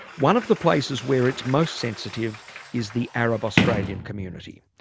one of the places where it's most sensitive is the arab australian community,